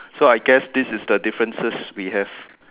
so I guess this is the differences we have